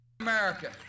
America